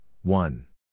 one